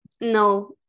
no